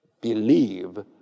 Believe